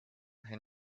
and